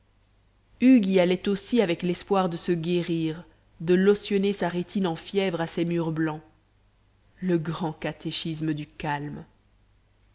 y allait aussi avec l'espoir de se guérir de lotionner sa rétine en fièvre à ces murs blancs le grand catéchisme du calme